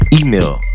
email